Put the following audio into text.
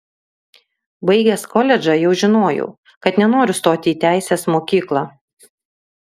baigęs koledžą jau žinojau kad nenoriu stoti į teisės mokyklą